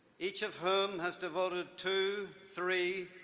each of whom has devoted two, three,